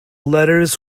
letters